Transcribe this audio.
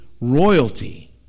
royalty